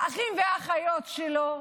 האחים והאחיות שלו.